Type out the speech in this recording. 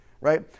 right